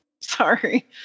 sorry